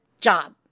job